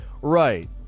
Right